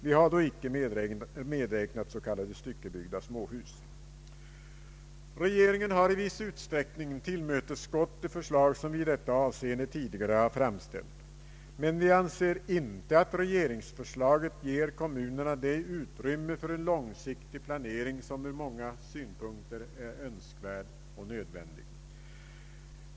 Vi har då icke medräknat s.k. styckebyggda småhus. Regeringen har i viss utsträckning tillmötesgått de förslag som vi i detta avseende tidigare har framställt, men vi anser inte att regeringsförslaget ger kommunerna det utrymme för en långsiktig planering som ur många synpunkter är önskvärt och nödvändigt.